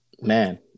Man